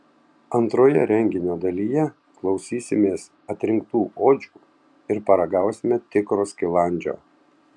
antroje renginio dalyje klausysimės atrinktų odžių ir paragausime tikro skilandžio